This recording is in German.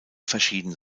verschieden